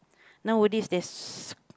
nowadays there's